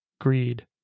greed